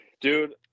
Dude